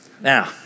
Now